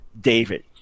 David